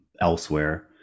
elsewhere